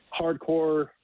hardcore